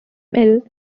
mill